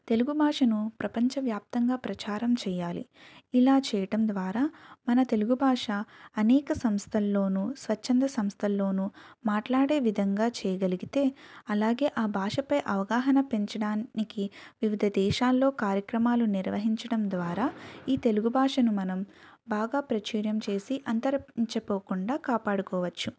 తెలుగు భాషను ప్రపంచవ్యాప్తంగా ప్రచారం చెయ్యాలి ఇలా చేయటం ద్వారా మన తెలుగు భాష అనేక సంస్థల్లోనూ స్వచ్ఛంద సంస్థల్లోనూ మాట్లాడే విధంగా చేయగలిగితే అలాగే ఆ భాష పై అవగాహన పెంచడానికి వివిధ దేశాల్లో కార్యక్రమాలు నిర్వహించడం ద్వారా ఈ తెలుగు భాషను మనం బాగా ప్రాచుర్యం చేసి అంతరించిపోకుండా కాపాడుకోవచ్చు